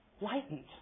lightened